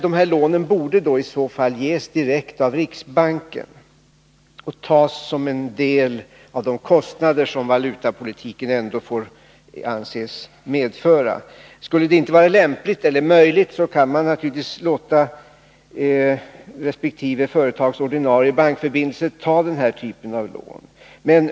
Dessa lån borde i så fall ges direkt av riksbanken och tas som en del av de kostnader som valutapolitiken ändå får anses medföra. Skulle detta inte vara lämpligt eller möjligt, kan man naturligtvis låta resp. företags ordinarie bankförbindelse ta den här typen av lån.